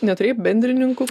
neturėjai bendrininkų